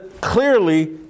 clearly